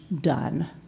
done